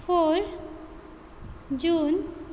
four June